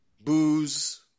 booze